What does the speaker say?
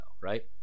right